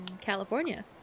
California